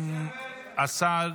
השר,